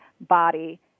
body